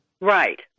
Right